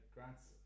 Grant's